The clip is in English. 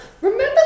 remember